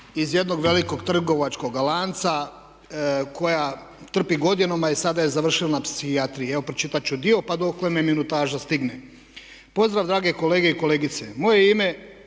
iz jednog velikog trgovačkog lanca koja trpi godinama i sada je završila na psihijatriji. Evo pročitat ću dio pa dokle me minutaža stigne. „Pozdrav drage kolege i kolegice! Moje je